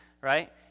right